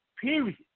period